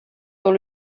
dans